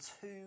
two